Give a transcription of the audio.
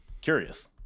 curious